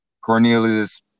Cornelius